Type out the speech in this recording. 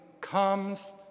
comes